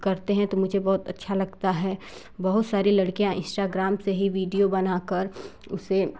करते हैं तो मुझे बहुत अच्छा लगता है बहुत सारी लड़कियाँ इंस्टाग्राम से ही वीडियो बनाकर उसे